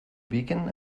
beacon